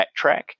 backtrack